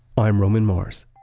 i'm roman mars